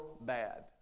bad